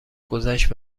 گذشت